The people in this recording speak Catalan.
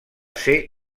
ser